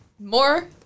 More